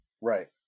Right